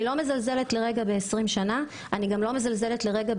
אני לא מזלזלת לרגע ב-20 שנים וגם לא ב-23%,